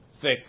thick